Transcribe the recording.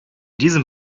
diesem